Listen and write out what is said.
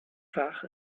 fach